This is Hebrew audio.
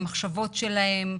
המחשבות שלהם,